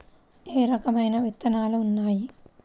ఏ రకమైన విత్తనాలు ఉన్నాయి?